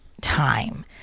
time